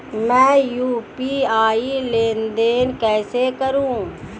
मैं यू.पी.आई लेनदेन कैसे करूँ?